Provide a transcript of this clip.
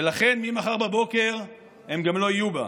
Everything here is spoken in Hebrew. ולכן, ממחר בבוקר הם גם לא יהיו בה.